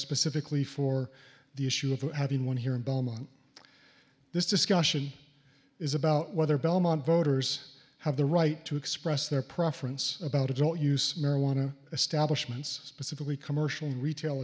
specifically for the issue of having one here in belmont this discussion is about whether belmont voters have the right to express their preference about adult use marijuana establishment specifically commercial retail